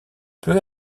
peu